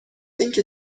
اینکه